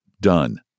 Done